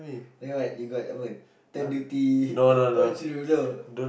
then like they got apa tent duty what should you know